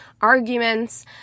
arguments